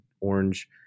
orange